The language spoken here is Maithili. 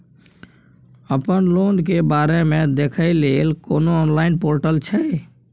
अपन लोन के बारे मे देखै लय कोनो ऑनलाइन र्पोटल छै?